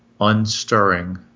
unstirring